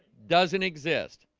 doesn't exist.